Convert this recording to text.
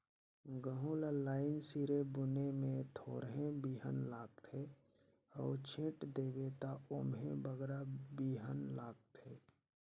गहूँ ल लाईन सिरे बुने में थोरहें बीहन लागथे अउ छींट देबे ता ओम्हें बगरा बीहन लागथे